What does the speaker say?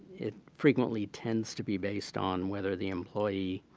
it frequently tends to be based on whether the employee